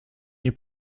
nie